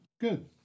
good